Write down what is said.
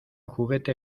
juguete